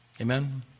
Amen